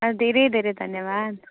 धेरै धेरै धन्यवाद